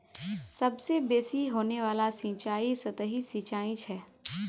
सबसे बेसि होने वाला सिंचाई सतही सिंचाई छ